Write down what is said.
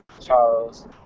Charles